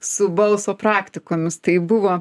su balso praktikomis tai buvo